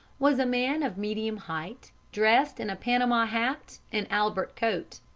was a man of medium height, dressed in a panama hat and albert coat.